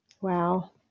Wow